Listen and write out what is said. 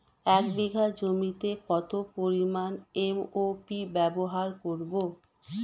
এক বিঘা জমিতে কত পরিমান এম.ও.পি ব্যবহার করব?